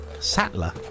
Sattler